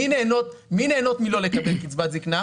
מי נהנות מלא לקבל קצבת זקנה?